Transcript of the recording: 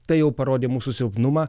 tai jau parodė mūsų silpnumą